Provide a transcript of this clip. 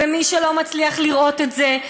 ומי שלא מצליח לראות את זה,